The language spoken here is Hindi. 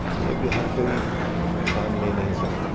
यह भी हर कोई इन्सान ले नहीं सकता